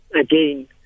again